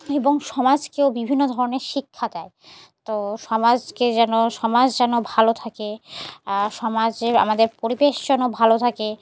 এবং সমাজকেও বিভিন্ন ধরনের শিক্ষা দেয় তো সমাজকে যেন সমাজ যেন ভালো থাকে সমাজের আমাদের পরিবেশ যেন ভালো থাকে